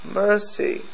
mercy